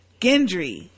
Gendry